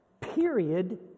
period